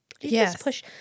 Yes